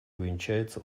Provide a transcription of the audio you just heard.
увенчается